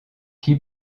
qui